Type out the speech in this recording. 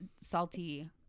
salty